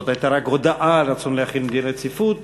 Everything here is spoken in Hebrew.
זאת הייתה רק הודעה על רצון להחיל דין רציפות.